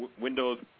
Windows